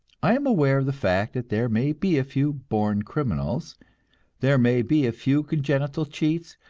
i am aware of the fact that there may be a few born criminals there may be a few congenital cheats,